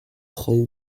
pro